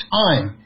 time